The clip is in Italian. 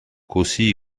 così